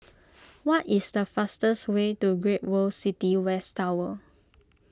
what is the fastest way to Great World City West Tower